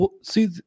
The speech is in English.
see